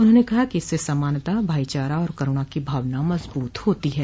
उन्होंने कहा कि इससे समानता भाईचारा और करुणा की भावना मजबूत होती है